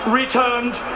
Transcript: returned